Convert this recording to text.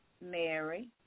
Mary